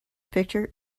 picture